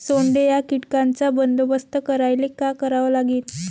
सोंडे या कीटकांचा बंदोबस्त करायले का करावं लागीन?